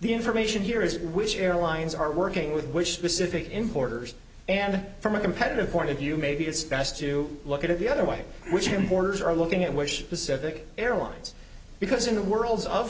the information here is which airlines are working with which specific importers and from a competitive point of view maybe it's best to look at it the other way which you mourners are looking at which pacific airlines because in the worlds of